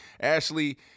Ashley